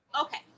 okay